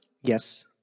Yes